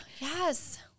yes